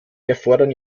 erfordern